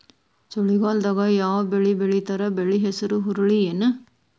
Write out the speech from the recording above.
ಚಳಿಗಾಲದಾಗ್ ಯಾವ್ ಬೆಳಿ ಬೆಳಿತಾರ, ಬೆಳಿ ಹೆಸರು ಹುರುಳಿ ಏನ್?